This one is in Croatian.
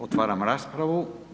Otvaram raspravu.